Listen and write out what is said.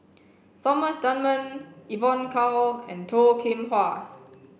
Thomas Dunman Evon Kow and Toh Kim Hwa